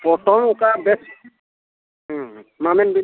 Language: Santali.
ᱯᱚᱴᱚᱢ ᱚᱠᱟ ᱵᱮᱥ ᱦᱮᱸ ᱢᱟ ᱞᱟᱹᱭ ᱵᱤᱱ